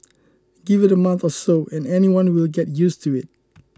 give it a month or so and anyone will get used to it